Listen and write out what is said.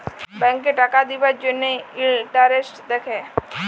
ব্যাংকে টাকা দিবার জ্যনহে ইলটারেস্ট দ্যাখে